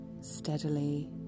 steadily